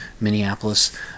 Minneapolis